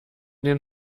den